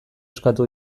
eskatu